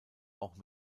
auch